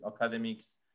academics